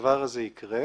שהדבר הזה יקרה,